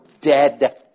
dead